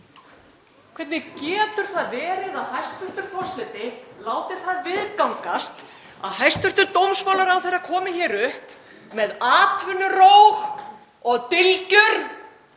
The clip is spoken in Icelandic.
Hvernig getur það verið að hæstv. forseti láti það viðgangast að hæstv. dómsmálaráðherra komi hér upp með atvinnuróg og dylgjur